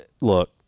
look